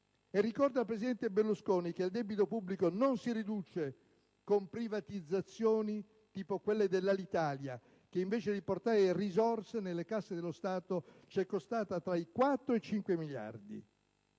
inoltre al presidente Berlusconi che il debito pubblico non si riduce con privatizzazioni tipo quelle dell'Alitalia, che invece di portare risorse nelle casse dello Stato ci è costata tra i 4 e i 5 miliardi.